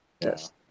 yes